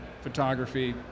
photography